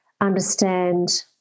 understand